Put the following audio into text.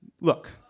look